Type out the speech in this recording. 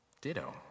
Ditto